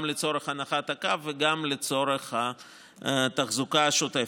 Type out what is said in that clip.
גם לצורך הנחת הקו וגם לצורך התחזוקה השוטפת.